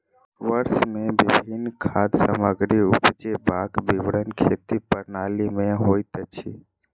वर्ष मे विभिन्न खाद्य सामग्री उपजेबाक विवरण खेती प्रणाली में होइत अछि